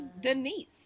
denise